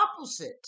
opposite